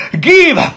give